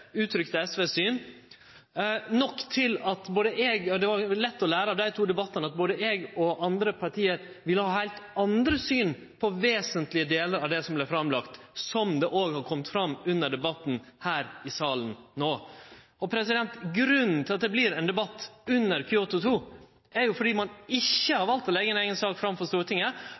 Det var lett å forstå av dei to debattane at både eg og andre parti ville ha heilt andre syn på vesentlege delar av det som vart lagt fram, som òg har kome fram under debatten her i salen i dag. Grunnen til at det vert ein debatt under Kyoto 2, er at ein har valt ikkje å leggje fram ei eiga sak for Stortinget,